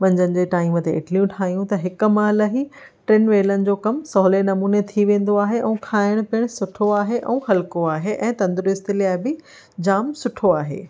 मंझंदि जे टाइम ते इडलियूं ठाहियूं त हिकु मां इलाही टिनि वेलनि जो कमु सहुले नमूने थी वेंदो आहे ऐं खाइण पिण सुठो ऐं हल्को आहे ऐं तंदुरुस्ती लाइ बि जाम सुठो आहे